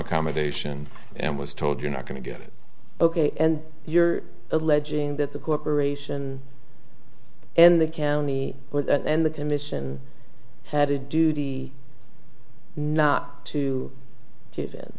accommodation and was told you're not going to get it ok and you're alleging that the corporation in the county and the commission had a duty not to